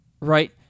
right